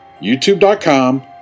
youtube.com